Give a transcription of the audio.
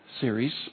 series